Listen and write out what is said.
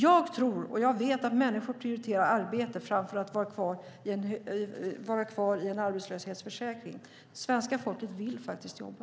Jag vet att människor prioriterar arbete framför att vara kvar i en arbetslöshetsförsäkring. Svenska folket vill jobba.